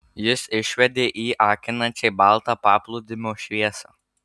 jis išvedė į akinančiai baltą paplūdimio šviesą